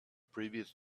previous